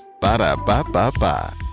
Ba-da-ba-ba-ba